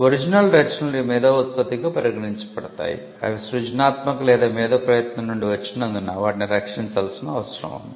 original రచనలు మేధో ఉత్పత్తిగా పరిగణించబడతాయి అవి సృజనాత్మక లేదా మేధో ప్రయత్నం నుండి వచ్చినందున వాటిని రక్షించాల్సిన అవసరం ఉంది